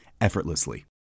effortlessly